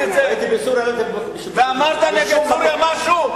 ואמרת נגד זה משהו?